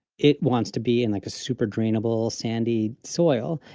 it wants to be in like a super drainable sandy soil.